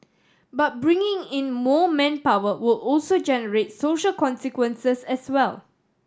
but bringing in more manpower will also generate social consequences as well